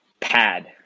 pad